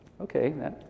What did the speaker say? Okay